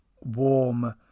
warm